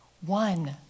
one